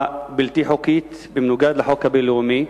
בלתי חוקית בניגוד לחוק הבין-לאומי.